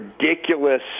ridiculous